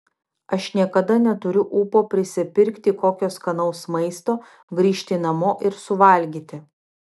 aš niekada neturiu ūpo prisipirkti kokio skanaus maisto grįžti namo ir suvalgyti